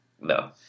No